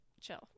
chill